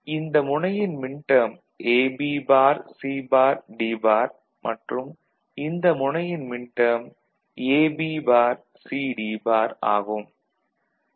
இந்த முனையின் minterm AB bar C bar D bar மற்றும் இந்த முனையின் minterm A B bar C D bar ஆகும்